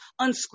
unscripted